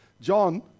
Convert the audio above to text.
John